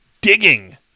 digging